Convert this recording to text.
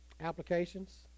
applications